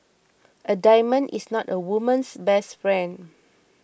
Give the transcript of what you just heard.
a diamond is not a woman's best friend